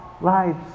lives